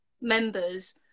members